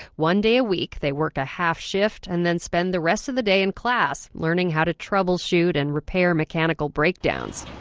one day a week, they work a half shift and then spend the rest of the day in class, learning how to troubleshoot and repair mechanical breakdowns.